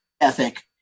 ethic